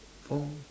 one